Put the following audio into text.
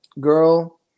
girl